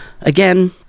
again